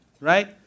right